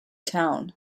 town